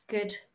Good